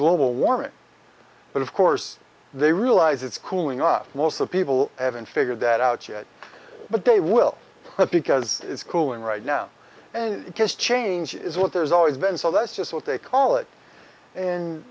global warming but of course they realize it's cooling off most of people haven't figured that out yet but they will because it's cooling right now and it just changes what there's always been so that's just what they call it